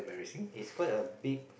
is quite a big